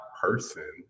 person